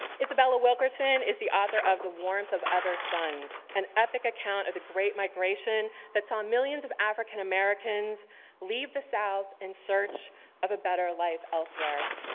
isabel ah wilkerson is the author of the warmth of other suns, an epic account of the great migration that saw millions of african americans leave the south in search of a better life elsewhere.